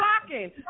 blocking